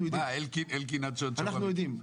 אנחנו יודעים.